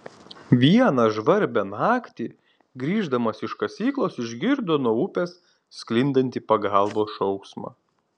vieną žvarbią naktį grįždamas iš kasyklos išgirdo nuo upės sklindantį pagalbos šauksmą